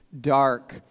dark